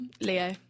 Leo